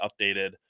updated